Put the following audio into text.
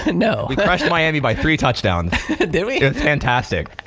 no. we crushed miami by three touch downs. did we? did fantastic.